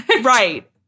Right